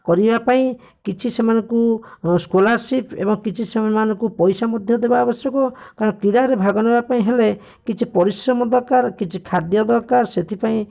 କରିବା ପାଇଁ କିଛି ସେମାନଙ୍କୁ ସ୍କୋଲାର୍ସିପ୍ ଏବଂ କିଛି ସେମାନଙ୍କୁ ପଇସା ମଧ୍ୟ ଦେବା ଆବଶ୍ୟକ କାରଣ କ୍ରୀଡ଼ାରେ ଭାଗ ନେବା ପାଇଁ ହେଲେ କିଛି ପରିଶ୍ରମ ଦରକାର କିଛି ଖାଦ୍ୟ ଦରକାର ସେଥିପାଇଁ